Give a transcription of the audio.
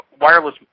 wireless